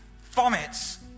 vomits